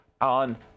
on